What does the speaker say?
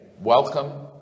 welcome